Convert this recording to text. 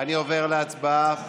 אני עובר להצבעה.